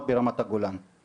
עדיין לא --- לא,